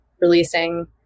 releasing